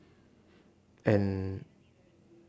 and